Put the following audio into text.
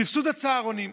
סבסוד הצהרונים.